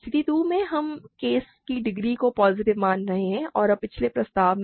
स्थिति 2 में हम केस की डिग्री को पॉजिटिव मान रहे हैं और अब पिछले प्रस्ताव से